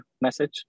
message